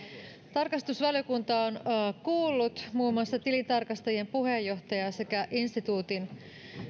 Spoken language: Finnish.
tarkastusvaliokunta on kuullut muun muassa tilintarkastajien puheenjohtajaa sekä instituutin